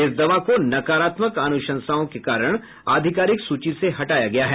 इस दवा को नकारात्मक अनुशंसाओं के कारण आधिकारिक सूची से हटाया गया है